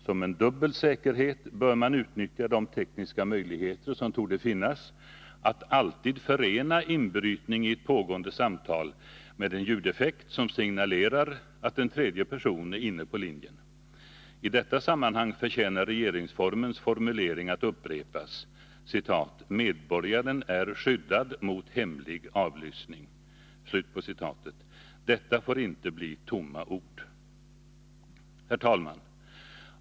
Som en dubbel säkerhet bör man utnyttja de tekniska möjligheter som torde finnas att alltid förena inbrytning i ett pågående samtal med en ljudeffekt som signalerar att en tredje person är inne på linjen. I detta sammanhang förtjänar regeringsformens formulering att upprepas: ”medborgaren är skyddad mot hemlig avlyssning”. Detta får inte bli tomma ord. Herr talman!